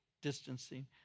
distancing